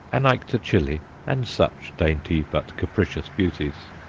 anaectochili, and such dainty but capricious beauties.